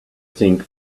think